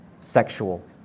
sexual